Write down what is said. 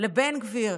לבן גביר?